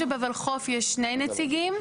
שבולחו"ף יש שני נציגים.